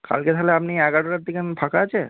কালকে তাহলে আপনি এগারোটার দিকে ফাঁকা আছে